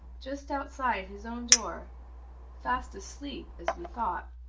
just outside his own door fast asleep, as we thought.